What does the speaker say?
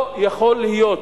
לא יכול להיות,